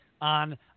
on